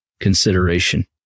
consideration